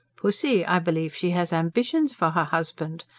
pussy, i believe she has ambitions for her husband,